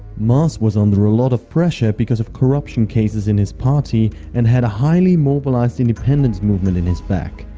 mas was under a lot of pressure because of corruption cases in his party and had a highly mobilised independence movement in his back.